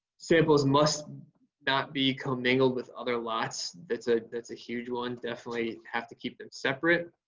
samples must not be comingled with other lots. that's ah that's a huge one. definitely have to keep them separate.